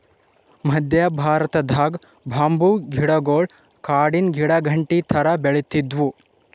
ಮದ್ಯ ಭಾರತದಾಗ್ ಬಂಬೂ ಗಿಡಗೊಳ್ ಕಾಡಿನ್ ಗಿಡಾಗಂಟಿ ಥರಾ ಬೆಳಿತ್ತಿದ್ವು